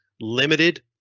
limited